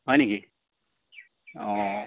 হয় নেকি অঁ